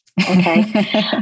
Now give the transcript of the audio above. Okay